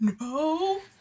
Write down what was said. no